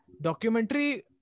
documentary